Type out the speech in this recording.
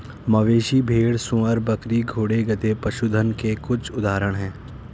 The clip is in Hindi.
मवेशी, भेड़, सूअर, बकरी, घोड़े, गधे, पशुधन के कुछ उदाहरण हैं